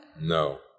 No